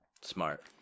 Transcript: Smart